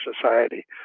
Society